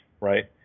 right